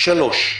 הנושא השלישי.